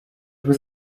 was